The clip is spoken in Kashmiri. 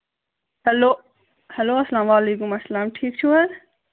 ہیلو ہیلو السلام علیکُم وعلیکُم السلام ٹھیٖک چھُو حظ